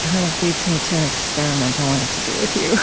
kind of leads me to an experiment i wanted to do with you.